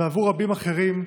ועבור רבים אחרים,